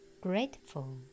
grateful